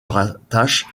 rattachent